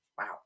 Wow